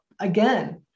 again